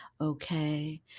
Okay